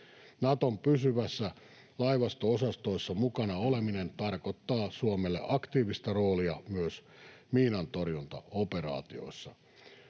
Naton pysyvässä laivasto-osastossa mukana oleminen tarkoittaa Suomelle aktiivista roolia myös miinantorjuntaoperaatioissa.